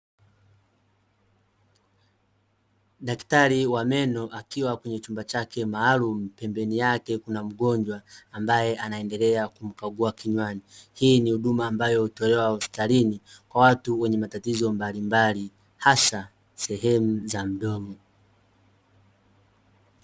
Daktari wa meno akiwa kwenye chumba chake maalumu, pembeni yake kuna mgonjwa ambaye anaendelea kumkagua kinywani. Hii ni huduma ambayo hutolewa hospitalini kwa watu wenye matatizo malimbali, hasa sehemu za mdomo.